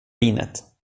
vinet